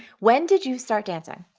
when did you start dancing?